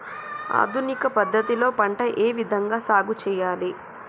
ఆధునిక పద్ధతి లో పంట ఏ విధంగా సాగు చేయాలి?